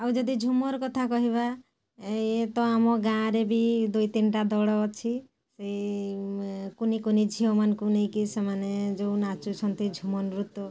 ଆଉ ଯଦି ଝୁମର୍ କଥା କହିବା ଇଏ ତ ଆମ ଗାଁରେ ବି ଦୁଇ ତିନିଟା ଦଳ ଅଛି ସେଇ କୁନି କୁନି ଝିଅମାନଙ୍କୁ ନେଇକି ସେମାନେ ଯେଉଁ ନାଚୁଛନ୍ତି ଝୁମୁର୍ ନୃତ୍ୟ